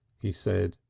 he said.